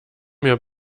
mir